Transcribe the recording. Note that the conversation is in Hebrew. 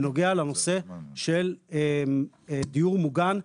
בנוגע לנושא של דיור מוגן.